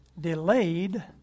delayed